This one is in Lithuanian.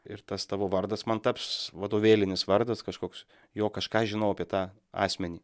ir tas tavo vardas man taps vadovėlinis vardas kažkoks jo kažką žinau apie tą asmenį